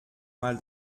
mal